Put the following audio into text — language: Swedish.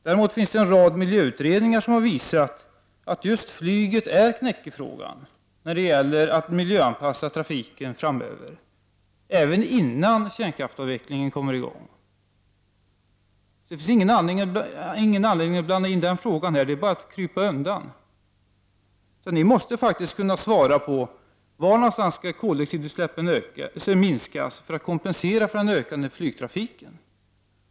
Däremot finns det en rad miljöutredningar som har visat att just flyget är knäckfrågan när det gäller att miljöanpassa trafiken framöver, även innan kärnkraftsavvecklingen kommer i gång. Det finns ingen anledning att blanda in den frågan. Det är bara att krypa undan. Ni måste faktiskt kunna svara på var någonstans koldioxidutsläppen skall minskas för att kompensera för den ökande flygtrafiken.